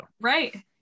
right